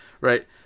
Right